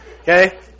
Okay